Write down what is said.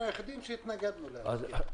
אנחנו היחידים שהתנגדנו להסכם.